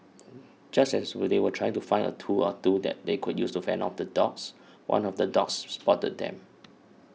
just as they were trying to find a tool or two that they could use to fend off the dogs one of the dogs spotted them